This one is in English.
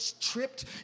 tripped